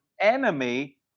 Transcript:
enemy